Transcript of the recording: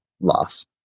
loss